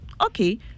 Okay